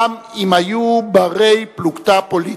גם אם היו בני-פלוגתא פוליטיים.